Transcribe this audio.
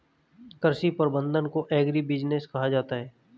कृषि प्रबंधन को एग्रीबिजनेस कहा जाता है